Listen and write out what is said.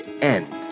end